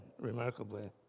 remarkably